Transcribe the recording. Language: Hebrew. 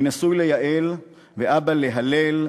אני נשוי ליעל ואבא להלל,